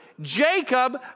Jacob